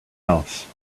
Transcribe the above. else